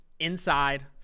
inside